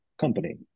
company